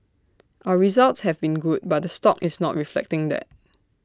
our results have been good but the stock is not reflecting that